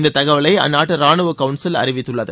இந்த தகவலை அந்நாட்டு ராணுவ கவுன்சில் அறிவித்துள்ளது